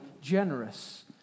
generous